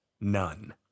None